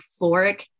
euphoric